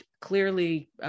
clearly